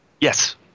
yes